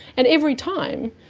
and every time,